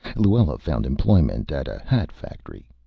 luella found employment at a hat factory.